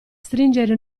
stringere